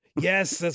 Yes